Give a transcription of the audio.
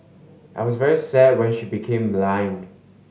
I was very sad when she became blind